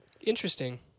Interesting